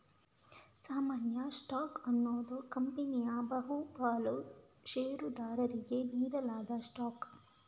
ಸಾಮಾನ್ಯ ಸ್ಟಾಕ್ ಅನ್ನುದು ಕಂಪನಿಯ ಬಹು ಪಾಲು ಷೇರುದಾರರಿಗೆ ನೀಡಲಾದ ಸ್ಟಾಕ್